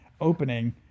opening